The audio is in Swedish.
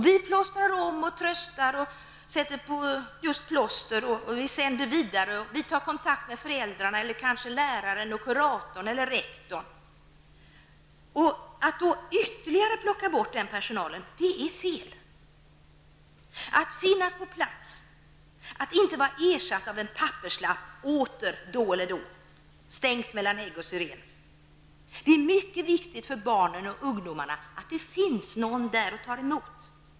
Vi sätter på plåster, tröstar, tar kontakt med föräldrarna eller kanske med läraren, med kurator eller rektor. Att plocka bort denna personal är fel. Någon skall finnas på plats, inte vara ersatt av en papperslapp som säger åter då eller då, stängt mellan hägg och syren. Det är mycket viktigt för barnen och ungdomarna att det finns någon där och tar emot.